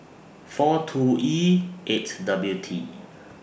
four two E eight W T